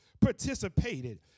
participated